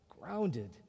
grounded